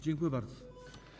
Dziękuję bardzo.